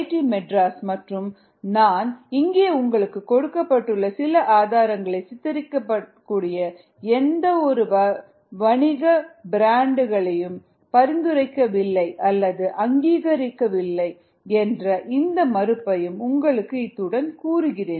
D Madras மற்றும் நான் இங்கே உங்களுக்கு கொடுக்கப்பட்டுள்ள சில ஆதாரங்களில் சித்தரிக்கப்படக்கூடிய எந்தவொரு வணிக பிராண்டுகளையும் பரிந்துரைக்கவில்லை அல்லது அங்கீகரிக்கவில்லை என்ற இந்த மறுப்பையும் உங்களுக்கு இத்துடன் கூறுகிறேன்